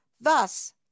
Thus